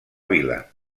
vila